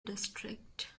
district